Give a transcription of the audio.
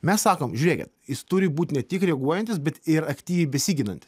mes sakom žiūrėkit jis turi būt ne tik reaguojantis bet ir aktyi besiginantis